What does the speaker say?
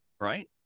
right